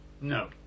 no